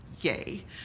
Yay